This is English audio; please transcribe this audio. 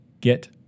Get